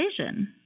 vision